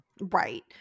Right